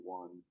one